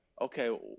Okay